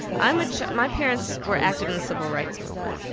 i'm a my parents were active in the civil rights movement.